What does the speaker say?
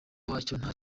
wacyo